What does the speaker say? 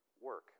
work